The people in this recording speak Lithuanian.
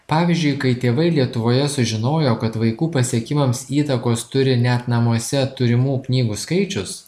pavyzdžiui kai tėvai lietuvoje sužinojo kad vaikų pasiekimams įtakos turi net namuose turimų knygų skaičius